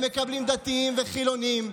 הם מקבלים דתיים וחילונים,